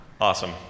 Awesome